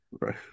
Right